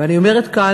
ואני אומרת כאן,